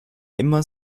immer